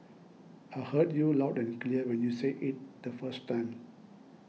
I heard you loud and clear when you said it the first time